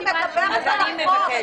היא מדברת על החוק.